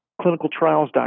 clinicaltrials.gov